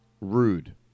Rude